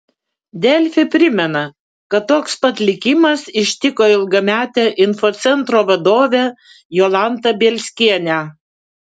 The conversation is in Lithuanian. delfi primena kad toks pat likimas ištiko ilgametę infocentro vadovę jolantą bielskienę